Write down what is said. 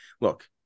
look